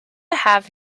have